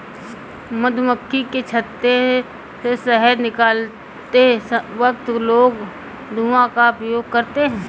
मधुमक्खी के छत्ते से शहद निकलते वक्त लोग धुआं का प्रयोग करते हैं